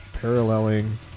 paralleling